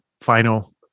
final